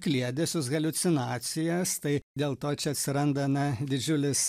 kliedesius haliucinacijas tai dėl to čia atsiranda na didžiulis